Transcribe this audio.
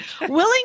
willing